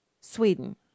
Sweden